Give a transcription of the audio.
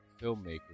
filmmaker